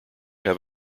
have